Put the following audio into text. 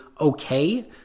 okay